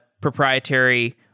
proprietary